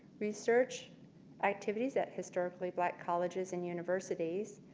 research activities at historically black colleges and universities,